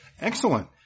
Excellent